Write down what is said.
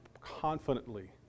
confidently